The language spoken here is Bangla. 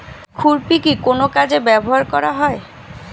খুরপি কি কোন কাজে ব্যবহার করা হয়?